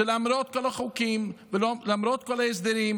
שלמרות כל החוקים ולמרות כל ההסדרים,